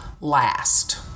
last